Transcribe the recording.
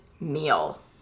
Meal